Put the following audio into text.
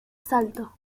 salto